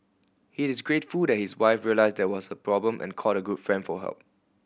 he is grateful that his wife realised there was a problem and called a good friend for help